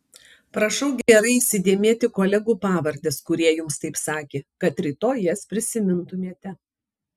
prašau gerai įsidėmėti kolegų pavardes kurie jums taip sakė kad rytoj jas prisimintumėte